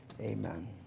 amen